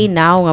now